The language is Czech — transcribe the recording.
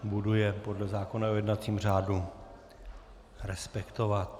Budu je podle zákona o jednacím řádu respektovat.